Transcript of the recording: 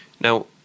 now